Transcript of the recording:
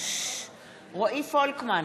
רועי פולקמן,